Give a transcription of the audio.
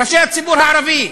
ראשי הציבור הערבי.